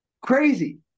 Crazy